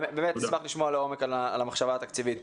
באמת, נשמח לשמוע לעומק על המחשבה התקציבית.